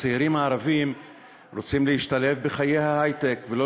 הצעירים הערבים רוצים להשתלב בחיי ההיי-טק ולא